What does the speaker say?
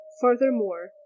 Furthermore